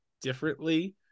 differently